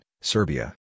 Serbia